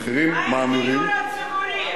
מה עם הדיור הציבורי?